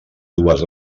dues